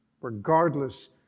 regardless